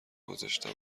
گذاشتم